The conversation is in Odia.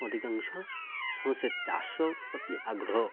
ଅଧିକାଂଶ ସମସ୍ତେ ଚାଷ ଅତି ଆଗ୍ରହ